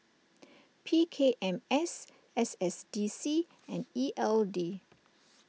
P K M S S S D C and E L D